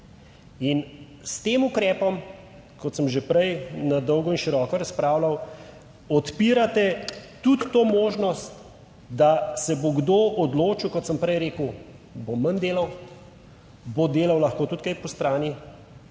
In s tem ukrepom, kot sem že prej na dolgo in široko razpravljal, odpirate tudi to možnost, da se bo kdo odločil, kot sem prej rekel, bo manj delal, bo delal lahko tudi kaj po strani,